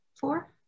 four